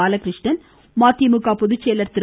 பாலகிருஷ்ணன் மதிமுக பொதுச்செயலர் திரு